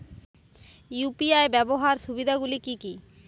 UPI ব্যাবহার সুবিধাগুলি কি কি?